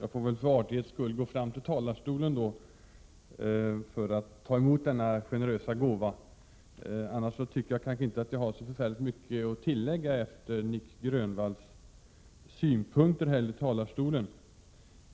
Herr talman! För artighets skull får jag gå fram till talarstolen för att ta emot denna generösa gåva. Jag tycker annars inte att jag har särskilt mycket att tillägga efter det att Nic Grönvall har redogjort för sina synpunkter här i talarstolen.